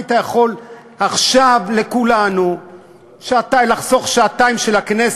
יכולת לחסוך עכשיו לכולנו שעתיים של הכנסת,